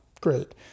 great